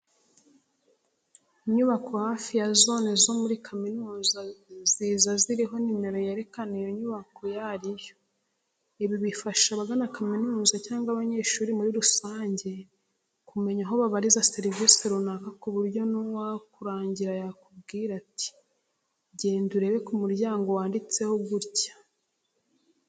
Inyubako hafi ya zone zo muri kaminuza ziza ziriho nimero yerekana iyo nyubako iyo ari yo. Ibi bifasha abagana kaminuza cyangwa abanyeshuri muri rusange kumenya aho babariza serivise runaka ku buryo n'uwakurangira yakubwira ati:" genda urebe ku muryango wanditseho gutya."